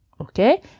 okay